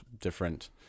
different